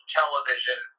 television